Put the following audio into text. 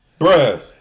Bruh